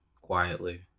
quietly